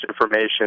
information